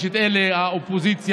יש את אלה באופוזיציה,